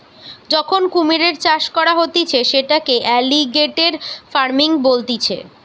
যখন কুমিরের চাষ করা হতিছে সেটাকে এলিগেটের ফার্মিং বলতিছে